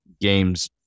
games